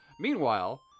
Meanwhile